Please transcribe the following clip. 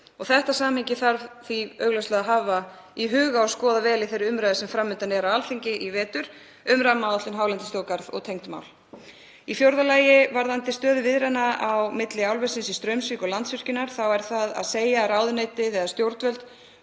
Þetta samhengi þarf því augljóslega að hafa í huga og skoða vel í þeirri umræðu sem fram undan er á Alþingi í vetur um rammaáætlun og hálendisþjóðgarð og tengd mál. Í fjórða lagi, um stöðu viðræðna á milli álversins í Straumsvík og Landsvirkjunar er það að segja að ráðuneytið eða stjórnvöld